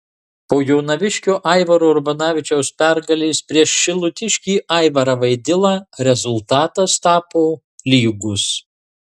po jonaviškio aivaro urbonavičiaus pergalės prieš šilutiškį aivarą vaidilą rezultatas tapo lygus